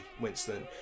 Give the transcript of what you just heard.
Winston